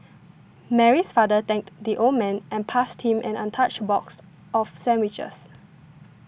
Mary's father thanked the old man and passed him an untouched box of sandwiches